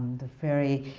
the very